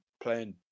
playing